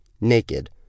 naked